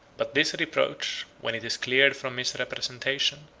but this reproach, when it is cleared from misrepresentation,